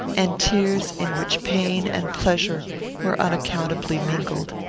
and tears in which pain and pleasure were unaccountably mingled.